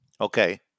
Okay